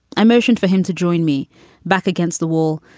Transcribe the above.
i motioned for him to join me back against the wall,